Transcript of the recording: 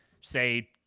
say